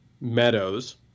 Meadows